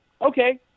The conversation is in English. Okay